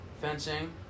fencing